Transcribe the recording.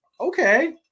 Okay